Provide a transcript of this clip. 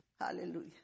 Hallelujah